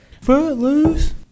Footloose